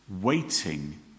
waiting